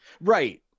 right